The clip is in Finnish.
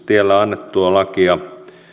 tiellä annettua lakia